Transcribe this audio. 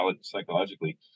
psychologically